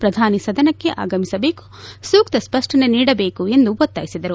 ಪ್ರಧಾನಿ ಸದನಕ್ಕೆ ಆಗಮಿಸಬೇಕು ಸೂಕ್ತ ಸ್ವಷ್ಷನೆ ನೀಡಬೇಕು ಎಂದು ಒತ್ತಾಯಿಸಿದರು